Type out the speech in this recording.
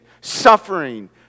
suffering